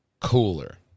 cooler